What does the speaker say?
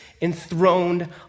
enthroned